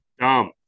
Dumb